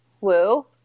Woo